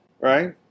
Right